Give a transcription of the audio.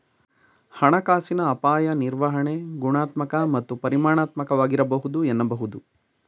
ಹಣಕಾಸಿನ ಅಪಾಯ ನಿರ್ವಹಣೆ ಗುಣಾತ್ಮಕ ಮತ್ತು ಪರಿಮಾಣಾತ್ಮಕವಾಗಿರಬಹುದು ಎನ್ನಬಹುದು